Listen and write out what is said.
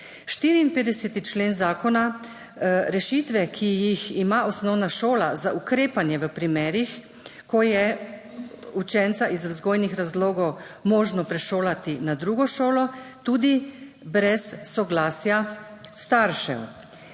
54. člen zakona – rešitve, ki jih ima osnovna šola za ukrepanje v primerih, ko je učenca iz vzgojnih razlogov možno prešolati na drugo šolo tudi brez soglasja staršev,